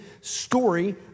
story